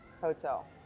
Hotel